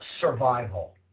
survival